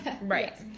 Right